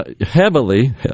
heavily